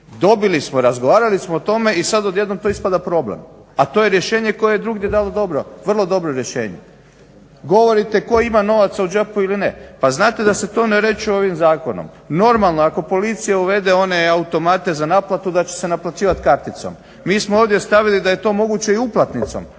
dobili smo, razgovarali smo o tome i sad odjednom to ispada problem. A to je rješenje koje je drugdje dalo vrlo dobra rješenja. Govorite tko ima novaca u džepu ili ne. Pa znate da se to ne uređuje ovim zakonom. Normalno ako Policija uvede one automate za naplatu da će se naplaćivati karticom. Mi smo ovdje stavili da je to moguće i uplatnicom.